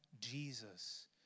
Jesus